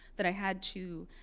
that i had to